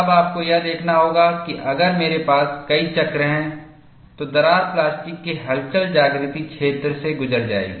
अब आपको यह देखना होगा कि अगर मेरे पास कई चक्र हैं तो दरार प्लास्टिक के हलचल जागृत क्षेत्र से गुजर जाएगी